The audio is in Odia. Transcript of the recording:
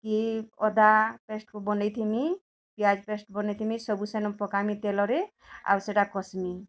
ଦିଏ ଅଦା ପେଷ୍ଟ୍ କେ ବନେଇଥିମି ପିଆଜ୍ ପେଷ୍ଟ୍ ବନେଇଥିମି ସବୁ ସେନ ପକାମି ତେଲରେ ଆଉ ସେଇଟା କସ୍ମି